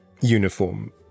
uniform